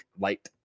Light